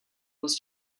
was